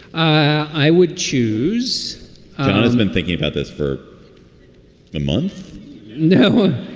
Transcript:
i would choose i've been thinking about this for a month no,